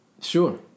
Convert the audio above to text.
Sure